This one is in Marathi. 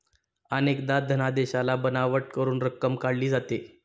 अनेकदा धनादेशाला बनावट करून रक्कम काढली जाते